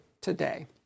today